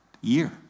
year